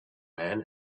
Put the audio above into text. man